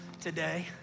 today